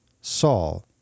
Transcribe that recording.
Saul